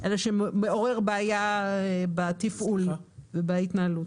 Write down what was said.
לקחת סתם לשם הבדיקה?